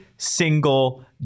single